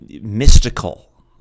mystical